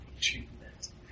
treatment